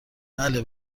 بله